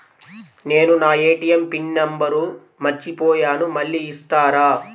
నేను నా ATM pin number మర్చిపోయాను మళ్ళీ ఇస్తారా?